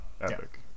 Epic